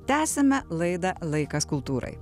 tęsiame laida laikas kultūrai